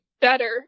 better